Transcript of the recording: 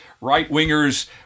right-wingers